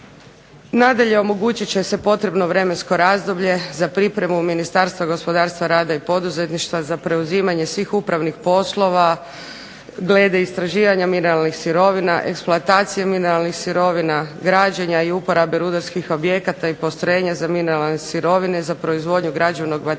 Nadalje omogućit će se potrebno vremensko razdoblje za pripremu Ministarstva gospodarstva, rada i poduzetništva za preuzimanje svih upravnih poslova glede istraživanja mineralnih sirovina, eksploatacije mineralnih sirovina, građenja i uporabe rudarskih objekata i postrojenja za mineralne sirovine za proizvodnju građevnog materijala